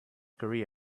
korea